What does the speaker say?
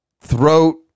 throat